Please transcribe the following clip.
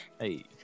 Hey